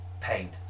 paint